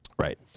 Right